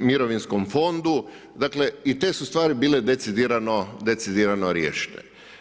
mirovinskom fondu, dakle i te su stvari bile decidirano riješene.